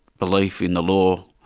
belief in the law,